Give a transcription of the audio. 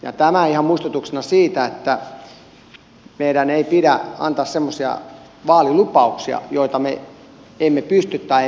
tämä ihan muistutuksena siitä että meidän ei pidä antaa semmoisia vaalilupauksia joita me emme pysty tai emme aiokaan pitää